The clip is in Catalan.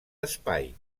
espai